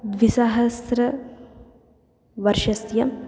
द्विसहस्रवर्षस्य